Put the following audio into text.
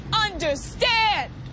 understand